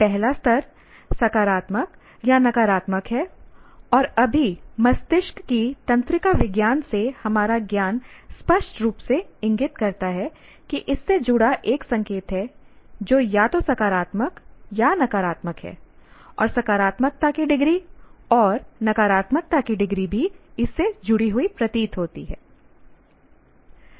पहला स्तर सकारात्मक या नकारात्मक है और अभी मस्तिष्क की तंत्रिका विज्ञान से हमारा ज्ञान स्पष्ट रूप से इंगित करता है कि इससे जुड़ा एक संकेत है जो या तो सकारात्मक या नकारात्मक है और सकारात्मकता की डिग्री और नकारात्मकता की डिग्री भी इससे जुड़ी हुई प्रतीत होती है